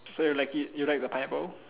so you like it you like the pineapple